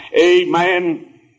Amen